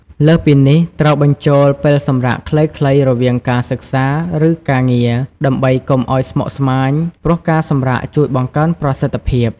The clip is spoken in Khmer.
លើសពីនេះ ត្រូវបញ្ចូលពេលសម្រាកខ្លីៗរវាងការសិក្សា ឬការងារ ដើម្បីកុំឲ្យស្មុគស្មាញ ព្រោះការសម្រាកជួយបង្កើនប្រសិទ្ធភាព។